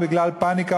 בגלל פניקה,